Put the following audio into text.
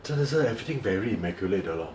真的是 everything very immaculate 的 lor